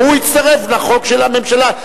והוא יצטרף לחוק של הממשלה,